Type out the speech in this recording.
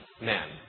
men